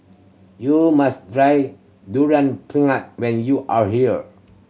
you must try Durian Pengat when you are here